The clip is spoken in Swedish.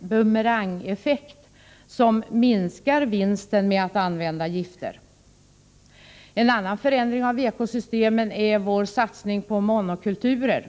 bumerangeffekt, som minskar vinsten med att använda gifter. En annan förändring av ekosystemen är vår satsning på monokulturer.